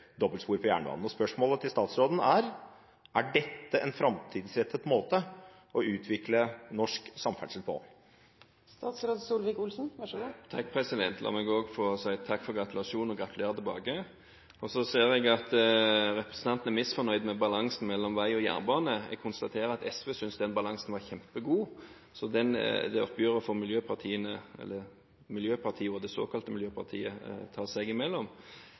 dobbeltspor på jernbanen. Spørsmålet til statsråden er: Er dette en framtidsrettet måte å utvikle norsk samferdsel på? La meg også få si takk for gratulasjoner, og gratulerer tilbake. Så ser jeg at representanten er misfornøyd med balansen mellom vei og jernbane. Jeg konstaterer at SV syntes den balansen var kjempegod. Det oppgjøret får miljøpartiene, eller miljøpartiet og det såkalte miljøpartiet, ta seg imellom.